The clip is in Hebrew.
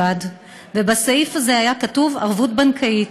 ובסעיף הזה היה כתוב: ערבות בנקאית.